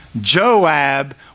Joab